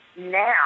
now